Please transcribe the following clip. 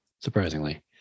surprisingly